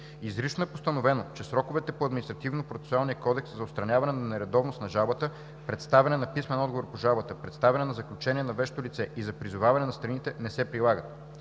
Административнопроцесуалния кодекс за отстраняване на нередовност на жалбата, представяне на писмен отговор по жалбата, представяне на заключение на вещо лице и за призоваване на страните не се прилагат.